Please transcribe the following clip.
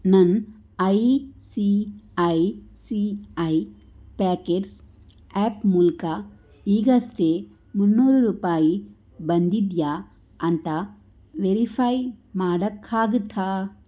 ನನ್ನ I C I C I packets app ಮೂಲಕ ಈಗಷ್ಟೇ ಮುನ್ನೂರು ರೂಪಾಯಿ ಬಂದಿದೆಯಾ ಅಂತ ವೆರಿಫೈ ಮಾಡೋಕ್ಕಾಗತ್ತಾ